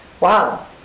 Wow